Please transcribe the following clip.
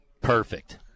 Perfect